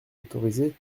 autorisée